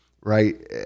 Right